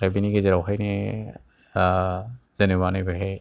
ओमफ्राय बिनि गेजेरावहायनो जेन'बा नैबेहाय